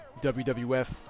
WWF